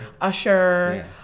Usher